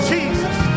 Jesus